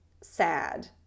sad